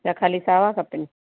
या ख़ाली सावा खपनि